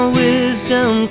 wisdom